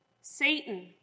Satan